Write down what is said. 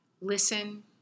Listen